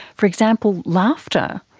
for example, laughter.